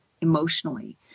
emotionally